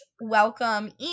welcome